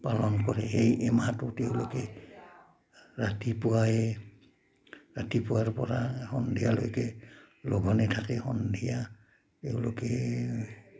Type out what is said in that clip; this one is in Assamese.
পালন কৰে এই এমাহটো তেওঁলোকে ৰাতিপুৱাই ৰাতিপুৱাৰ পৰা সন্ধিয়ালৈকে লঘোণে থাকে সন্ধিয়া তেওঁলোকে